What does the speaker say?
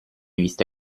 vista